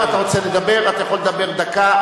אתה רוצה לדבר, אתה יכול לדבר דקה.